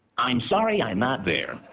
i'm sorry i'm not there.